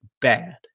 bad